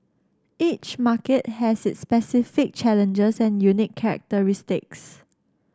each market has its specific challenges and unique characteristics